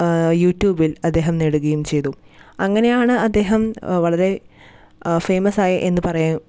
യുറ്റൂബിൽ അദ്ദേഹം നേടുകയും ചെയ്തു അങ്ങനെയാണ് അദ്ദേഹം വളരെ ഫെയ്മസായി എന്നു പറയുന്ന